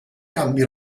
canvi